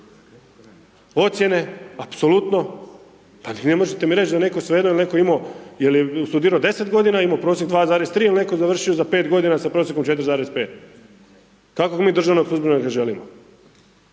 Ocijene, apsolutno, pa ne možete mi reći da netko, svejedno je li netko imao, jel je studirao 10 godina i imao prosjek 2,3 il je netko završio za pet godina sa prosjekom 4,5. Kakvog mi državnog službenika želimo,